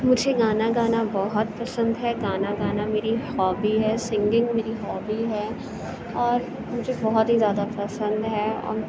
مجھے گانا گانا بہت پسند ہے گانا گانا میری ہابی ہے سنگنگ میری ہابی ہے اور مجھے بہت ہی زیادہ پسند ہے اور